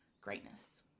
greatness